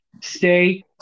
Stay